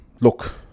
look